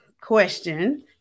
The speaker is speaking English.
question